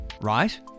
right